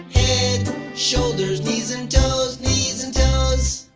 shoulders knees and toes, knees and toes.